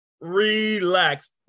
Relax